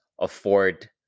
afford